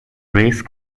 race